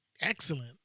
excellent